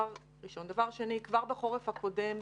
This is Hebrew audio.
דבר שני, כבר בחורף הקודם,